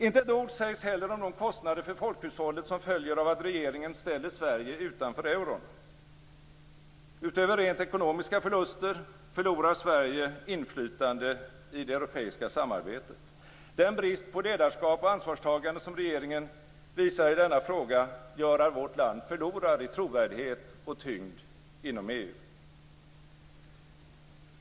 Inte ett ord sägs heller om de kostnader för folkhushållet som följer av att regeringen ställer Sverige utanför euron. Utöver rent ekonomiska förluster förlorar Sverige inflytande i det europeiska samarbetet. Den brist på ledarskap och ansvarstagande som regeringen visar i denna fråga gör att vårt land förlorar i trovärdighet och tyngd inom EU.